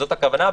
זאת הכוונה.